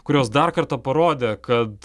kurios dar kartą parodė kad